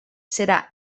serà